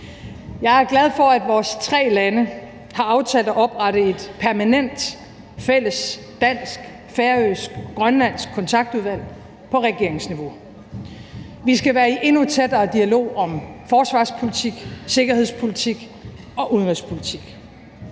Jeg er glad for, at vores tre lande har aftalt at oprette et permanent fælles dansk, færøsk og grønlandsk kontaktudvalg på regeringsniveau. Vi skal være i endnu tættere dialog om forsvarspolitik, sikkerhedspolitik og udenrigspolitik.